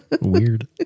Weird